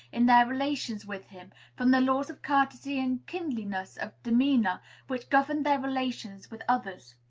in their relations with him, from the laws of courtesy and kindliness of demeanor which governed their relations with others.